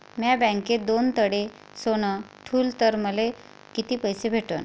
म्या बँकेत दोन तोळे सोनं ठुलं तर मले किती पैसे भेटन